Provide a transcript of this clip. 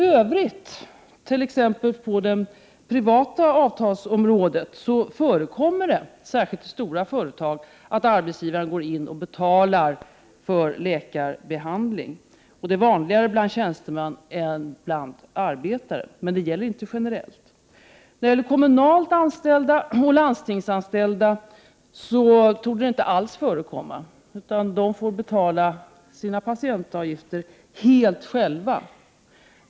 I övrigt, t.ex. på det privata avtalsområdet, förekommer det särskilt i stora företag att arbetsgivaren går in och betalar för läkarbehandling. Det är vanligare bland tjänstemän än bland arbetare. Det gäller dock inte generellt. För kommunalt anställda och landstingsanställda torde det inte alls förekomma, utan dessa får betala sina patientavgifter helt själva.